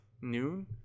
noon